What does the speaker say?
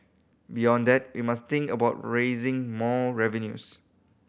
beyond that we must think about raising more revenues